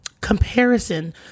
comparison